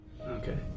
Okay